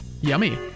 Yummy